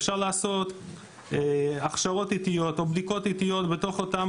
אפשר לעשות הכשרות איטיות או בדיקות איטיות בתוך אותם